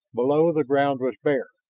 below, the ground was bare.